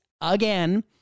again